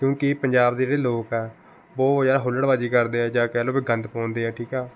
ਕਿਉਂਕਿ ਪੰਜਾਬ ਦੇ ਜਿਹੜੇ ਲੋਕ ਆ ਬਹੁਤ ਜ਼ਿਆਦਾ ਹੁਲੜਬਾਜ਼ੀ ਕਰਦੇ ਆ ਜਾਂ ਕਹਿ ਲਉ ਵੀ ਗੰਦ ਪਾਉਂਦੇ ਆ ਠੀਕ ਆ